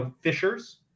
fishers